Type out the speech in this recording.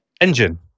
Engine